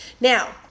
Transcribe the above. now